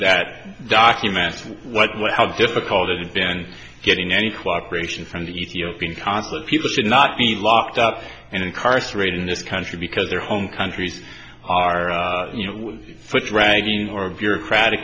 that document what how difficult it has been getting any cooperation from the ethiopian consulate people should not be locked up and incarcerated in this country because their home countries are with foot dragging or bureaucratic